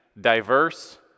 diverse